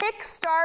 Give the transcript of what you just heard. kickstart